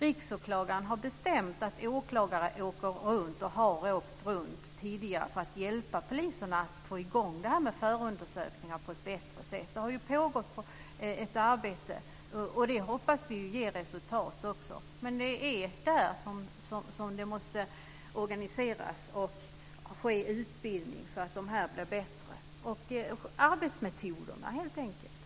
Riksåklagaren har bestämt att åklagare ska åka runt - och de har åkt runt tidigare - för att hjälpa polisen att få i gång ett bättre sätt att arbeta med förundersökningar. Det har pågått ett arbete, och det hoppas vi också ger resultat. Det är där som detta måste organiseras, och det måste ske utbildning, så att det blir bättre. Det handlar helt enkelt om arbetsmetoderna.